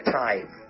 time